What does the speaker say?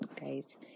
guys